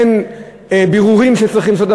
אין בירורים שצריכים לעשות,